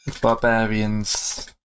barbarians